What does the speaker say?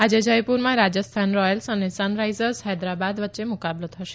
આજે જયપુરમાં રાજસ્થાન રોયલ્સ અને સનરાઈઝર્સ ફૈદરાબાદ વચ્ચે મુકાબલો થશે